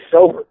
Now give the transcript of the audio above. sober